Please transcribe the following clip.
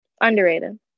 Underrated